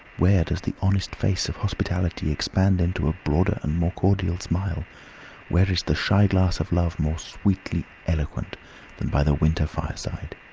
where does the honest face of hospitality expand into a broader and more cordial smile where is the shy glance of love more sweetly eloquent than by the winter fireside?